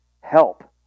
help